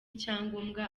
icyangombwa